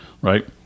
right